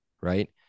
right